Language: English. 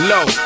Low